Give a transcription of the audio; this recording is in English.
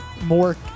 more